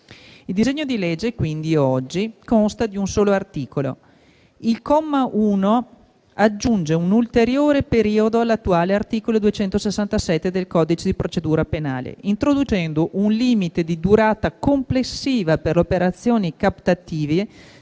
Il disegno di legge, quindi, oggi consta di un solo articolo. Il comma 1 aggiunge un ulteriore periodo all'attuale articolo 267 del codice di procedura penale, introducendo un limite di durata complessiva per operazioni captative